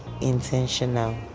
intentional